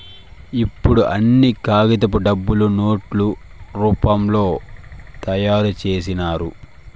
ఇప్పుడు అన్ని కాగితపు డబ్బులు నోట్ల రూపంలో తయారు చేసినారు